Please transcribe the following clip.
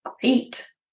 great